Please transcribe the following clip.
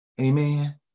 Amen